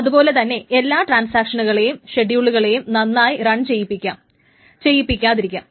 അതുപോലെ തന്നെ എല്ലാ ട്രാൻസാക്ഷനുകളെയും ഷെഡ്യൂളുകളെയും നന്നായി റൺ ചെയ്യിപ്പിക്കാം ചെയ്യിപ്പിക്കാതെയിരിക്കാം